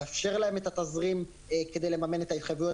לאפשר להן את התזרים כדי לממן את ההתחייבויות